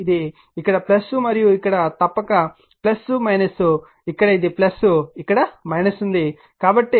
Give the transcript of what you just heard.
ఇది ఇక్కడ మరియు ఇక్కడ తప్పక ఇక్కడ ఇది ఇక్కడ ఉంది కాబట్టి